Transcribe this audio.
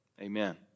Amen